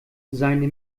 seine